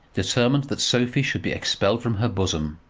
determined that sophie should be expelled from her bosom.